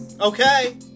Okay